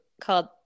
called